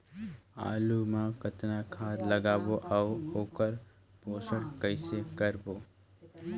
आलू मा कतना खाद लगाबो अउ ओकर पोषण कइसे करबो?